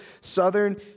southern